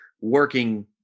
working